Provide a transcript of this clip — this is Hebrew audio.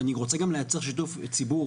ואני רוצה גם לייצר שיתוף ציבור,